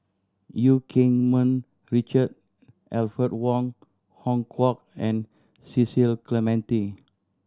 Eu Keng Mun Richard Alfred Wong Hong Kwok and Cecil Clementi